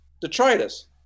detritus